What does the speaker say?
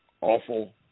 awful